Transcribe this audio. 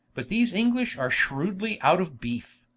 but these english are shrowdly out of beefe